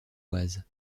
oise